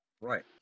right